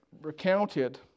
recounted